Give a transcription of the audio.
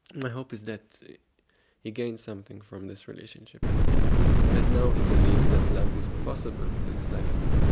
my hope is that he gained something from this relationship, and that that now he believes that love is possible in his life.